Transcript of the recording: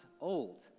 old